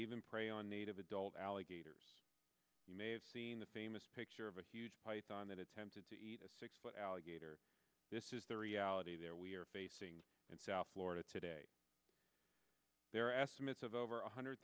even prey on native adult alligators you may have seen the famous picture of a huge python that attempted to eat a six foot alligator this is the reality there we are facing in south florida today the